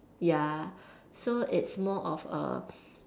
ya so it's more of